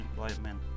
employment